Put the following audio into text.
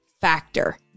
factor